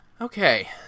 Okay